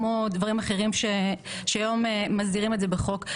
כמו דברים אחרים שהיום מוסדרים בחוק.